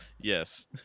Yes